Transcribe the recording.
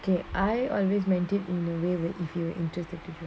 okay I always maintain in a way where if you're interested